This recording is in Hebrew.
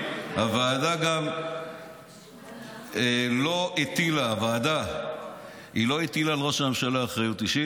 הוועדה לא הטילה על ראש הממשלה אחריות אישית,